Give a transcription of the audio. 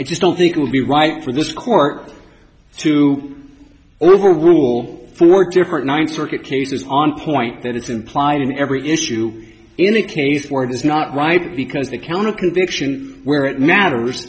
i just don't think will be right for this court to overrule four different ninth circuit cases on point that is implied in every issue in a case where it is not right because the count of conviction where it matters